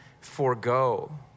forego